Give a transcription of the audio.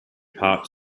part